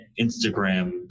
Instagram